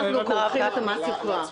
כן.